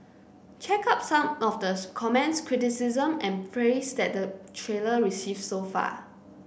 check out some of the comments criticism and praise that the trailer receive so far